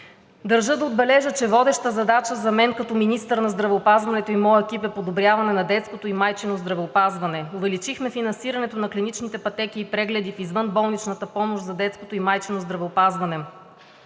Държа да отбележа, че водеща задача за мен като министър на здравеопазването и моят екип е подобряване на детското и майчиното здравеопазване. Увеличихме финансирането на клиничните пътеки и прегледи в извънболничната помощ за детското и майчиното здравеопазване,